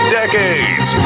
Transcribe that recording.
decades